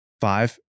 Five